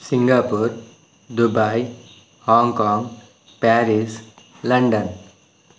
Singapore Dubai Hong Kong Paris London